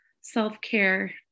self-care